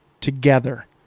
together